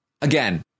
Again